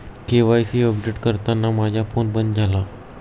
KYC update करताना माझा phone बंद झाला